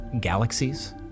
galaxies